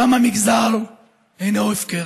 דם המגזר אינו הפקר.